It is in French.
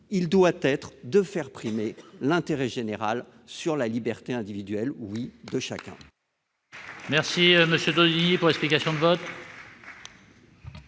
conduire à faire primer l'intérêt général sur la liberté individuelle de chacun.